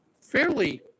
fairly